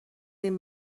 این